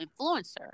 influencer